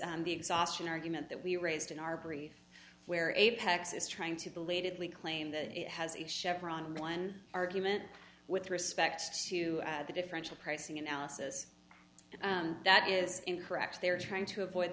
the exhaustion argument that we raised in our brief where apex is trying to belatedly claim that it has a chevron line argument with respect to the differential pricing analysis that is incorrect they are trying to avoid